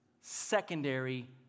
secondary